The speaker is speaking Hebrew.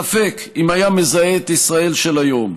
ספק אם היה מזהה את ישראל של היום,